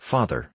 Father